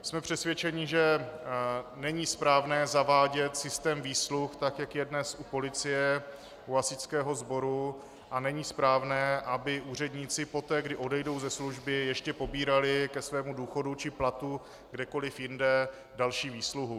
Jsme přesvědčeni, že není správné zavádět systém výsluh tak, jak je dnes u policie, u hasičského sboru, a není správné, aby úředníci poté, kdy odejdou ze služby, ještě pobírali ke svému důchodu či platu kdekoli jinde další výsluhu.